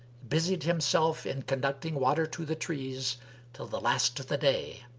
busied himself in conducting water to the trees till the last of the day,